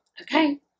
okay